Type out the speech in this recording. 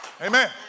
Amen